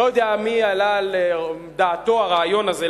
לא יודע מי עלה על דעתו הרעיון הזה,